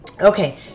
okay